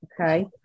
okay